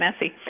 messy